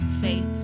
faith